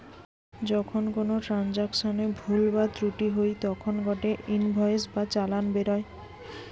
যখন কোনো ট্রান্সাকশনে ভুল বা ত্রুটি হই তখন গটে ইনভয়েস বা চালান বেরোয়